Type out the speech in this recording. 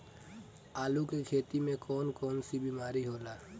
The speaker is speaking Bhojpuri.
आलू की खेती में कौन कौन सी बीमारी होला?